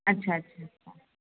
अच्छा अच्छा अच्छा